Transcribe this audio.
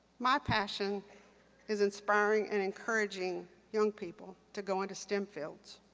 my passion is inspiring and encouraging young people to go into stem fields,